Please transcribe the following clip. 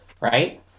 right